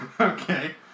Okay